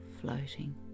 floating